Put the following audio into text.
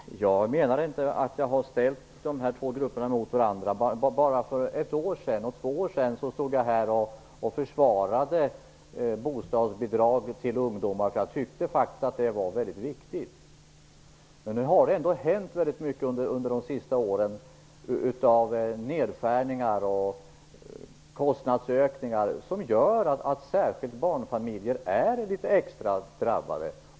Herr talman! Jag menar inte att ställa dessa två grupper emot varandra. Bara för ett år eller två år sedan stod jag här i kammaren och försvarade bostadsbidragen till ungdomar, eftersom jag tyckte att det var mycket viktigt. Men nu har det hänt väldigt mycket under de senaste åren av nedskärningar och kostnadsökningar som gör att särskilt barnfamiljer är litet extra drabbade.